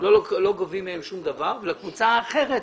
ולא גובים ממנה שום דבר ולקבוצה האחרת,